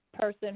person